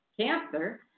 cancer